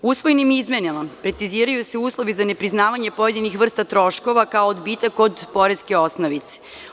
Usvojenim izmenama preciziraju se uslovi za nepriznavanje pojedinih vrsta troškova kao odbitak o poreske osnovice.